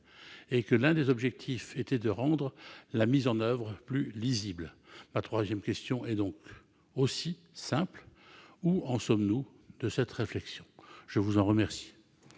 et que l'un des objectifs était de rendre les critères de mise en oeuvre plus lisibles. Ma troisième question est donc aussi simple : où en sommes-nous de cette réflexion ? La parole est à M.